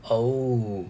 oh